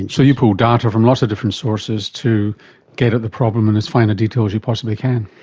and so you pull data from lots of different sources to get at the problem in as fine a detail as you possibly can.